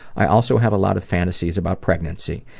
i also have a lot of fantasies about pregnancy.